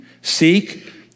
Seek